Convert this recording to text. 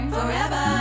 Forever